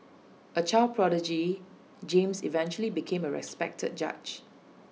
A child prodigy James eventually became A respected judge